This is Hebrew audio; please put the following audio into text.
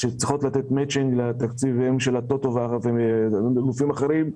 שצריכות לתת מצ'ינג לתקציבים של ה-טוטו וגופים אחרים,